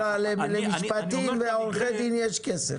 שנקרא למשפטים ולעורכי דין יש כסף.